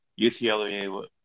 UCLA –